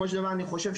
אני פותחת